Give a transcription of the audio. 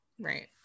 right